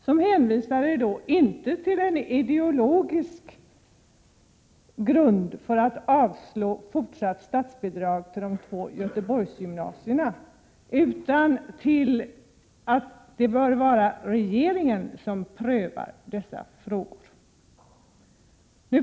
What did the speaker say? Vpk hänvisar där inte till en ideologisk grund för att avstyrka fortsatt statsbidrag till de två Göteborgsgymnasierna, utan till att det bör vara regeringen som prövar dessa frågor.